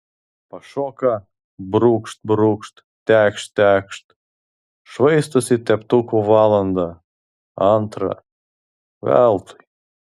pašoka brūkšt brūkšt tekšt tekšt švaistosi teptuku valandą antrą veltui